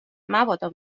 مبادا